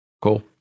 cool